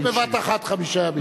לא בבת-אחת חמישה ימים.